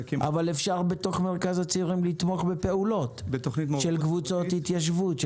אבל אפשר בתוך מרכז הצעירים לתמוך בפעולות של קבוצות התיישבות.